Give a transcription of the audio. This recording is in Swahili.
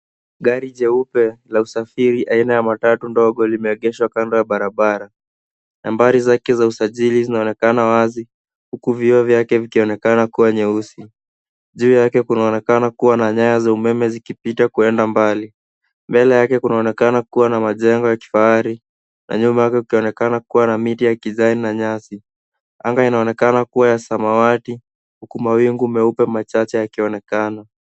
Gari la usafiri jeupe aina ya matatu ndogo limeegeshwa kando ya barabara. Nambari zake za usajili zinaonekana wazi huku vioo vyake vikionekana kuwa nyeusi. Juu yake kunaonekana kuwa na nyaya za umeme zikipita kuenda mbali. Mbele yake kunaonekana kuwa na majengo ya kifahari na nyuma yake kukionekana kuwa na miti ya kijani na nyasi. Anga inaonekana kuwa ya saawati huku mawingu meupe machache yakionekana.